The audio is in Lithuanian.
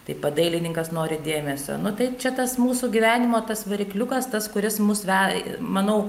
taip pat dailininkas nori dėmesio nu tai čia tas mūsų gyvenimo tas varikliukas tas kuris mus veda manau